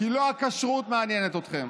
כי לא הכשרות מעניינת אתכם.